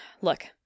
look